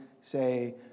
say